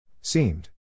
Seemed